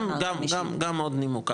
גם עוד נימוק.